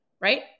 right